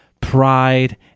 pride